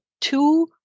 two